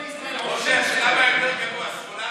חבר הכנסת קושניר, בבקשה, שלוש דקות לרשותך.